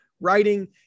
writing